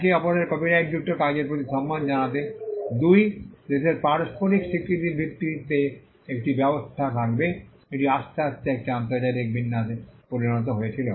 একে অপরের কপিরাইটযুক্ত কাজের প্রতি সম্মান জানাতে দুই দেশের পারস্পরিক স্বীকৃতির ভিত্তিতে একটি ব্যবস্থা থাকবে এটি আস্তে আস্তে একটি আন্তর্জাতিক বিন্যাসে পরিণত হয়েছিল